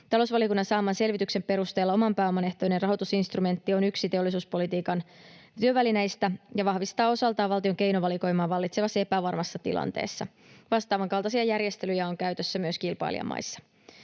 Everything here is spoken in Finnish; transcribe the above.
Talousvaliokunnan saaman selvityksen perusteella oman pääoman ehtoinen rahoitus-instrumentti on yksi teollisuuspolitiikan työvälineistä ja vahvistaa osaltaan valtion keinovalikoimaa vallitsevassa epävarmassa tilanteessa. Vastaavan kaltaisia järjestelyjä on käytössä myös kilpailijamaissa.